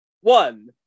One